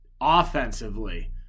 offensively